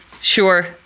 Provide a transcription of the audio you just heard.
Sure